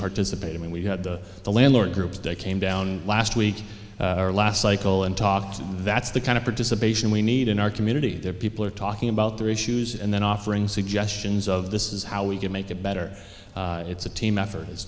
participated when we had the landlord group that came down last week or last cycle and talked that's the kind of participation we need in our community there people are talking about their issues and then offering suggestions of this is how we can make it better it's a team effort i